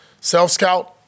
Self-scout